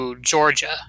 Georgia